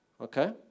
Okay